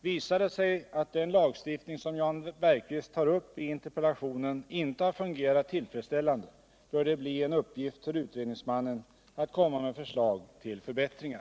Visar det sig att den lagstiftning som Jan Bergqvist tar upp i interpellationen inte har fungerat tillfredsställande, bör det bli en uppgift för utredningsmannen att komma med förslag till förbättringar.